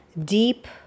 deep